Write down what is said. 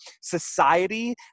Society